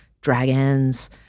dragons